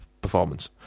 performance